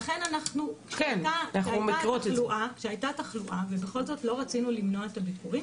לכן כשהייתה תחלואה ובכל זאת לא רצינו למנוע את הביקורים,